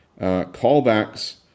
callbacks